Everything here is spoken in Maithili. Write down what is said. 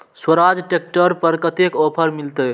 स्वराज ट्रैक्टर पर कतेक ऑफर मिलते?